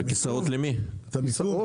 המיקום